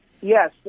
Yes